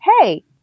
Hey